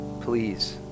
please